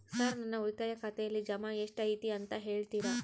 Sir ನನ್ನ ಉಳಿತಾಯ ಖಾತೆಯಲ್ಲಿ ಜಮಾ ಎಷ್ಟು ಐತಿ ಅಂತ ಹೇಳ್ತೇರಾ?